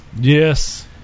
Yes